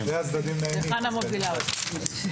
וחנה מובילה אותה.